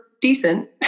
decent